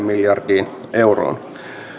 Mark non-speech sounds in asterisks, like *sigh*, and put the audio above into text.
*unintelligible* miljardiin euroon